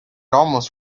almost